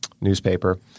newspaper